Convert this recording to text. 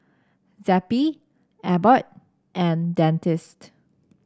Zappy Abbott and Dentiste